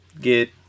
get